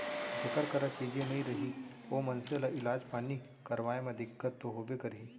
जेकर करा चीजे नइ रही ओ मनसे ल इलाज पानी करवाय म दिक्कत तो होबे करही